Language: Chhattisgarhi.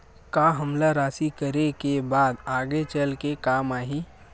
का हमला राशि करे के बाद आगे चल के काम आही?